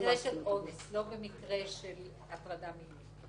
במקרה של אונס, לא במקרה של הטרדה מינית.